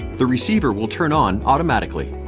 the receiver will turn on automatically.